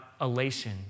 elation